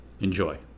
Enjoy